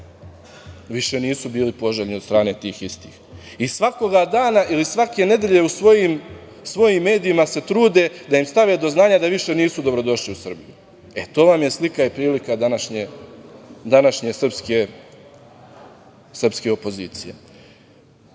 više nisu bili poželjni od strane tih istih. I svakoga dana ili svake nedelje u svojim medijima se trude da im stave do znanja da više nisu dobrodošli u Srbiju. E, to vam je slika i prilika današnje srpske opozicije. Mi